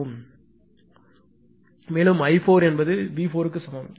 மேலும் i4 என்பது V4 க்கு சமம்